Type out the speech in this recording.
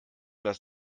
das